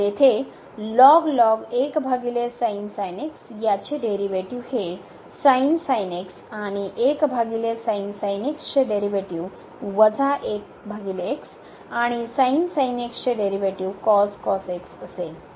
तर येथे याचे डेरी वेटीव हे आणि चे डेरीवेटीव आणि चे डेरी वेटीव असेल